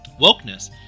Wokeness